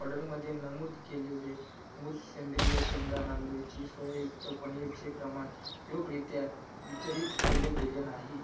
ऑडरमध्ये नमूद केलेले मूस सेंद्रिय शेंगदाणा मिरची सोयायुक्त पनीरचे प्रमाण योग्यरित्या वितरित केले गेले नाही